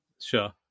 Sure